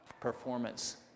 performance